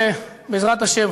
בעזרת השם,